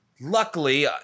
luckily